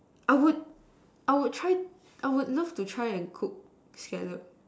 I would I would try I would love to try and cook scallop